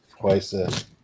twice